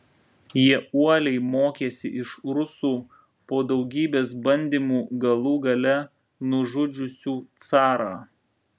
jie uoliai mokėsi iš rusų po daugybės bandymų galų gale nužudžiusių carą